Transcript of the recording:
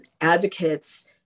advocates